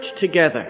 together